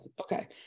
okay